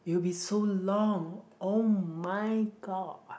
it will be so long oh-my-god